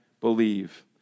believe